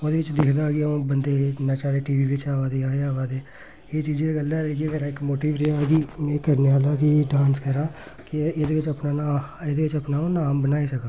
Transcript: ओह्दे च दिखदा हा कि अ'ऊं बंदे नच्चा दे टी वी बिच्च आवा दे एहें आवा दे एह् चीज़ां कन्नै इ'यै मेरा मोटिव रेहा कि में करने आह्ला कि में डांस करां कि एह्दे बिच्च अपना नांऽ एह्दे च अ'ऊं अपना नाम बनाई सकां